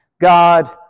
God